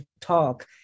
talk